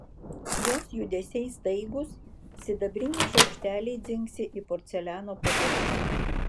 jos judesiai staigūs sidabriniai šaukšteliai dzingsi į porceliano puodelius